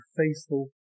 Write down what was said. faithful